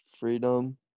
Freedom